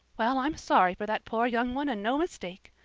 well, i'm sorry for that poor young one and no mistake.